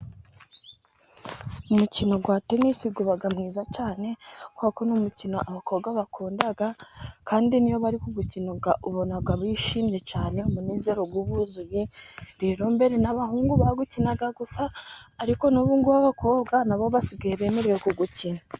Umukino wa tenisi uba mwiza cyane, kuko n'umukino abakobwa bakunda kandi niyo bari gukina ubonaga bishimye cyane umunezero uba ubuzuye, mbere n'abahungu nibio bawukina gusa ariko n'ububu abakobwa nabo basigaye bemerewe ku wukina.